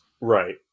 Right